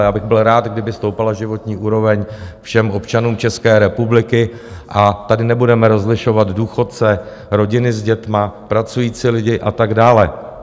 Já bych byl rád, kdyby stoupala životní úroveň všem občanům České republiky, a tady nebudeme rozlišovat důchodce, rodiny s dětmi, pracující lidi a tak dále.